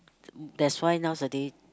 that's why nowadays